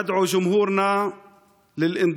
(אומר דברים בשפה הערבית, להלן תרגומם: